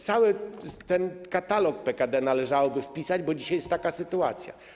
Cały katalog PKD należałoby wpisać, bo dzisiaj jest taka sytuacja.